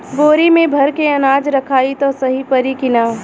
बोरी में भर के अनाज रखायी त सही परी की ना?